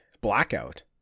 blackout